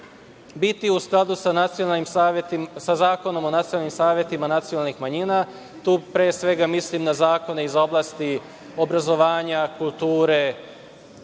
biti u skladu sa Zakonom o nacionalnim savetima nacionalnih manjina. Tu pre svega mislim na zakone iz oblasti obrazovanja, kulture,